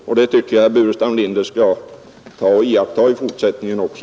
Jag tycker att herr Burenstam Linder skall komma ihåg detta i fortsättningen också.